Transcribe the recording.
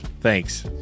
Thanks